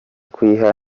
kuyiha